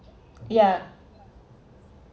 yeah